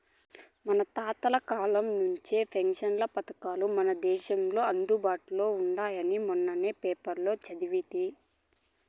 మన తాతల కాలం నుంచే పెన్షన్ పథకాలు మన దేశంలో అందుబాటులో ఉండాయని మొన్న పేపర్లో సదివితి